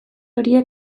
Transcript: horiek